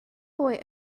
boy